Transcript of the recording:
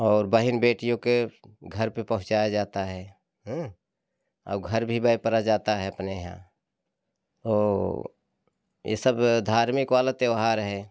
और बहन बेटियों के घर पे पहुँचाया जाता है हम्म और घर भी बैपरा जाता है अपने यहाँ तो ये सब धार्मिक वाला त्योहार है